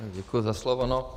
Děkuji za slovo.